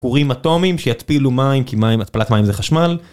כורים אטומים שיתפילו מים, כי מים, התפלת מים זה חשמל